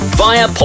via